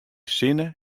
sinne